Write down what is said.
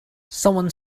someone